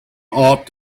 ought